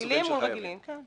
רגילים מול רגילים, כן.